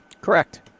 Correct